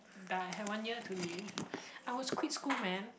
die I had one year to live I would quit quit school man